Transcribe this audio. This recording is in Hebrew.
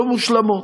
לא מושלמות,